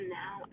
now